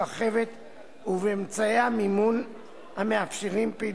התשע"א 2011. יציג את הצעת החוק שר המשפטים יעקב נאמן.